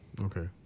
Okay